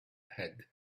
had